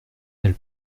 elle